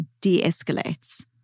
de-escalates